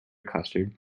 custard